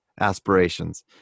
aspirations